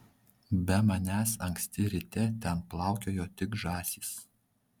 be manęs anksti ryte ten plaukiojo tik žąsys